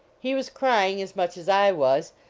he was crying as much as i was,